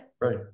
right